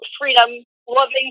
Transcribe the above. freedom-loving